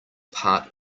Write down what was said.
part